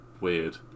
weird